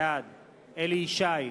בעד אליהו ישי,